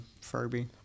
Furby